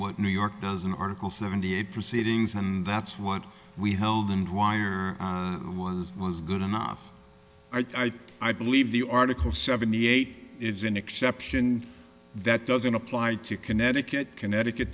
what new york does an article seventy eight proceedings and that's what we held and wire was was good enough i thought i believe the article seventy eight is an exception that doesn't apply to connecticut connecticut